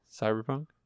Cyberpunk